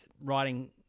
writing